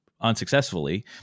unsuccessfully